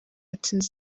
yatsinze